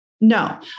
No